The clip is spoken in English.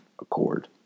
accord